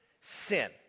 sin